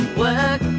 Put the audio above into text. work